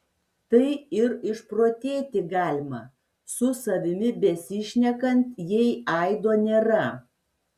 tai ir išprotėti galima su savimi besišnekant jei aido nėra